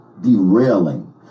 derailing